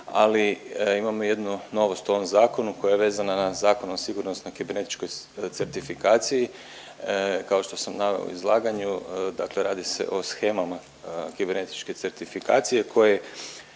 ali imamo jednu novost u ovom zakonu koja je vezana na Zakon o sigurnosnoj kibernetičkoj situaciji, kao što sam naveo u izlaganju radi se o shemama kibernetičke certifikacije koje